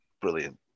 Brilliant